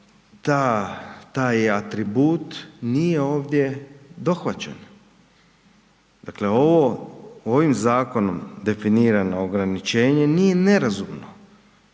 taj atribut nije ovdje dohvaćen. Dakle, ovim zakonom definirano ograničenje nije nerazumno